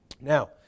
Now